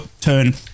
turn